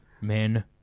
men